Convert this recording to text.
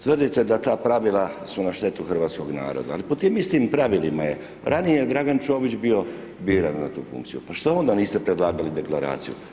Tvrdite da ta pravila su na štetu hrvatskog naroda, ali po tim istim pravilima je ranije Dragan Čović bio biran na tu funkciju, pa što onda niste predlagali Deklaraciju?